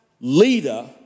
leader